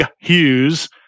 Hughes